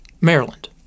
Maryland